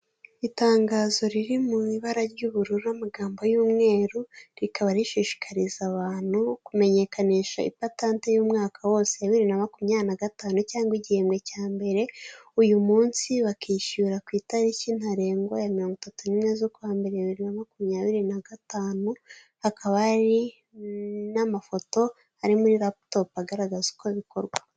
Itangazo riri mu ibara ry'uburu amagambo y'umweru rikaba rishishikariza abantu kumenyekanisha ipatante y'umwaka wose wa bibiri na makumyabiri na gatanu cyangwa igihembwe cya mbere, uyu munsi bakishyura ku itariki ntarengwa ya mirongo itatu nimwe z'ukwambere bibiri na makumyabiri na gatanu hakaba hari n'amafoto ari muri laputopu agaragaza uko bikorwa.